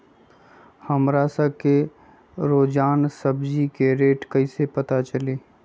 हमरा सब के रोजान सब्जी के रेट कईसे पता चली?